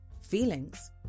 feelings